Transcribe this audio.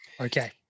Okay